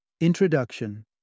Introduction